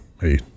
hey